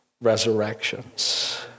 resurrections